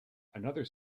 another